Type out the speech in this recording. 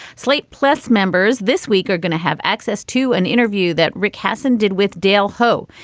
slate plus members this week are going to have access to an interview that rick hasen did with dale ho.